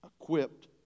equipped